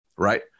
right